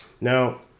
now